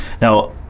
Now